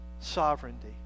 sovereignty